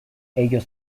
ellos